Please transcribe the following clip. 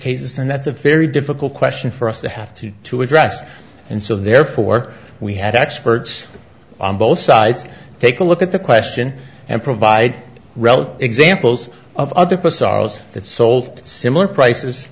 cases and that's a very difficult question for us to have to to address and so therefore we had experts on both sides take a look at the question and provide relevant examples of other posts are those that sold similar prices